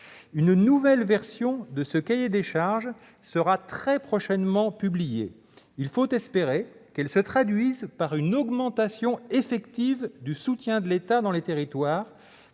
Une nouvelle version de ce cahier des charges sera très prochainement publiée. Il faut espérer qu'elle se traduise par une augmentation effective du soutien de l'État dans les territoires,